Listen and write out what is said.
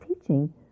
teaching